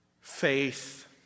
faith